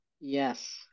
Yes